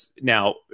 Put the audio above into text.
Now